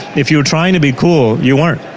if you were trying to be cool, you weren't.